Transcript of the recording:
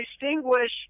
distinguish